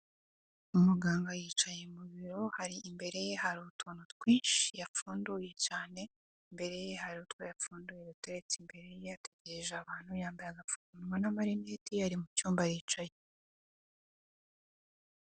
Umuganga yicaye mubiro, hari imbere ye hari utuntu twinshi yapfunduye cyane. Imbere ye hari utwo yapfunduye yateretse imbere ye ategereje abantu yambaye agapfukamunwa n'amarinete ari mucyumba aricaye.